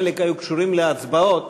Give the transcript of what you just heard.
חלק היו קשורים להצבעות.